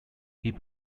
hip